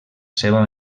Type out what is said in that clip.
seva